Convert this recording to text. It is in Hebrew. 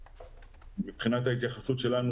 מבחינת ההתייחסות שלנו,